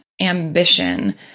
ambition